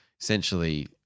Essentially